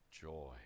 joy